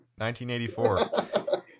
1984